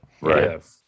right